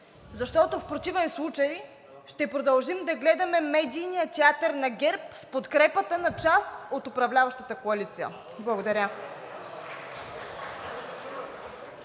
защото в противен случай ще продължим да гледаме медийния театър на ГЕРБ с подкрепата на част от управляващата коалиция. Благодаря.